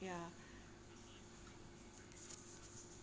ya